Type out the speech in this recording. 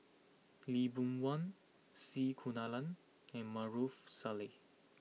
Lee Boon Wang C Kunalan and Maarof Salleh